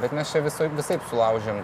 bet mes čia visai visaip sulaužėm